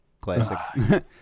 classic